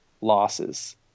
losses